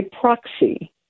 Proxy